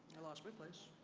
i lost my place.